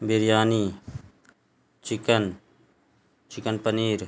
biryani chicken chicken paneer